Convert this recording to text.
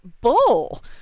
bull